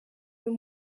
uyu